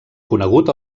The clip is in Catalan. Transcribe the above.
conegut